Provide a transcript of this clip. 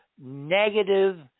negative